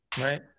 Right